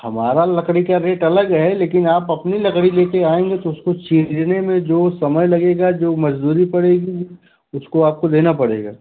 हमारा लकड़ी का रेट अलग है लेकिन आप अपनी लकड़ी ले कर आएँगे तो उसको चीरने में जो समय लगेगा जो मज़दूरी पड़ेगी उसको आपको देना पड़ेगा